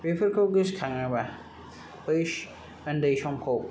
बेफोरखौ गोसोखाङोबा बै उन्दै समखौ